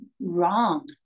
wrong